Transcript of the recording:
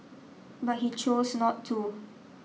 but he chose not to